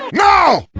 no!